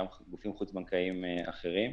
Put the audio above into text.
גם גופים חוץ-בנקאיים אחרים,